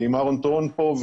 עם אהרון טרואן פה,